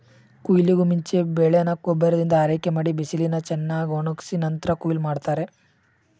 ಕುಯ್ಲಿಗೂಮುಂಚೆ ಬೆಳೆನ ಗೊಬ್ಬರದಿಂದ ಆರೈಕೆಮಾಡಿ ಬಿಸಿಲಿನಲ್ಲಿ ಚೆನ್ನಾಗ್ಒಣುಗ್ಸಿ ನಂತ್ರ ಕುಯ್ಲ್ ಮಾಡ್ತಾರೆ